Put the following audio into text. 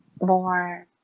more